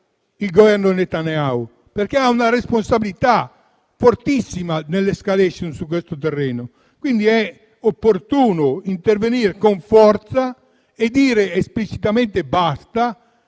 il Governo Netanyahu, perché ha una responsabilità fortissima nell'*escalation* su questo terreno. È quindi opportuno intervenire con forza e dire esplicitamente basta: